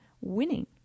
winning